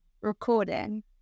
recording